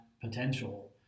potential